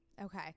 Okay